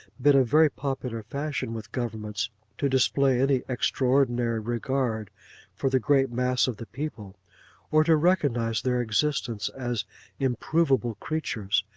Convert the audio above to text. been a very popular fashion with governments to display any extraordinary regard for the great mass of the people or to recognise their existence as improvable creatures,